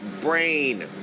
brain